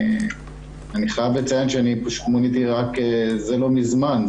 אני חייב לציין שאני מוניתי זה לא מזמן.